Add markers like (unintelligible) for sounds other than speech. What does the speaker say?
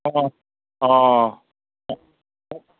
অ' অ' (unintelligible)